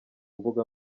mbuga